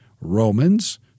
Romans